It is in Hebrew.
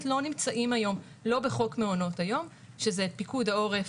לא נמצאים היום לא בחוק מעונות היום שזה פיקוד העורף,